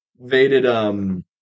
invaded